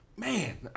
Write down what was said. Man